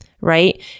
right